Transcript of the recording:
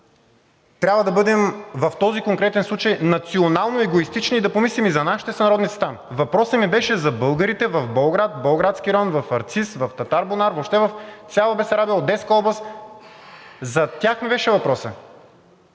трябва да бъдем в този конкретен случай национално егоистични и да помислим и за нашите сънародници там. Въпросът ми беше за българите в Болград, Болградски район, в Арциз, в Татарбунар, въобще в цяла Бесарабия, Одеска област – за тях ми беше въпросът.